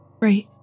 Right